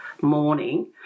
morning